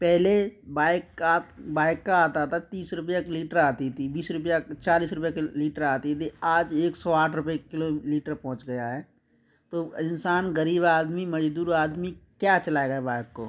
पहले बाइक का बाइक का आता था तीस रुपया की एक लीटर आती थी बीस रूपया चालीस रुपया लीटर आती थी आज एक सौ आठ रुपए किलोलीटर पहुँच गया है तो इंसान गरीब आदमी मजदूर आदमी क्या चलाएगा बाइक को